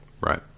Right